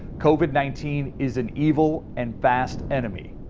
covid nineteen is an evil and fast enemy.